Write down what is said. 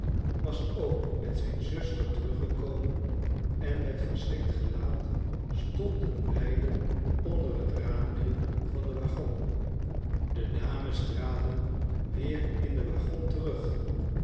was ook met zijn zuster terug gekomen en met verschrikt gelaat stonden beiden onder het raampje van den waggon de dames traden weer in den waggon terug